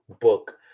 book